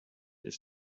ist